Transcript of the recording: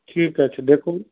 ঠিক আছে দেখুন